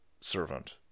servant